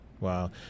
Wow